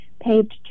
paved